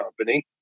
company